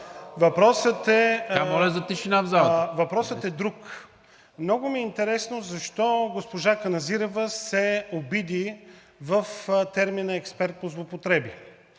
Въпросът е друг. Много ми е интересно защо госпожа Каназирева се обиди на термина „експерт по злоупотреби“,